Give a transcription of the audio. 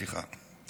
סליחה.